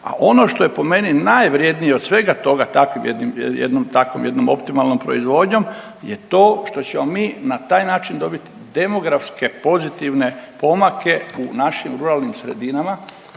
A ono što je po meni najvrijednije od svega toga takvim jednim, jednom takvom jednom optimalnom proizvodnjom je to što ćemo mi na taj način dobiti demografske pozitivne pomake u našim ruralnim sredinama